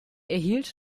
erhielt